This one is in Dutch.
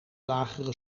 lagere